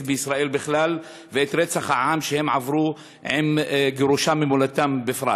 בישראל בכלל ואת רצח העם שהם עברו עם גירושם ממולדתם בפרט.